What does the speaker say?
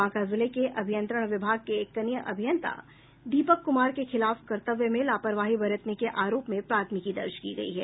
बांका जिले के अभियंत्रण विभाग के एक कनीय अभियंता दीपक कुमार के खिलाफ कर्तव्य में लापरवाही बरतने के आरोप में प्राथमिकी दर्ज की गयी है